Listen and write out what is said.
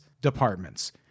departments